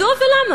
מדוע ולמה?